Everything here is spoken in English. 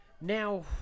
Now